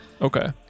Okay